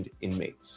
inmates